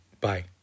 Bye